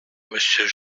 monsieur